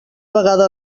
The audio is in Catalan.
vegada